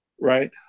Right